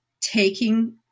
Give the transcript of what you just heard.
taking